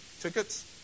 tickets